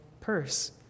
purse